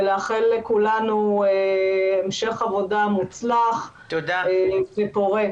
ולאחל לכולנו המשך עבודה מוצלח ופורה.